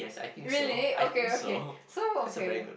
really okay okay so okay